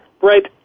right